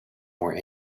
more